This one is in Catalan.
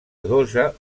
adossa